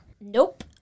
Nope